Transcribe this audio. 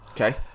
okay